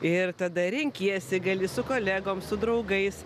ir tada renkiesi gali su kolegom su draugais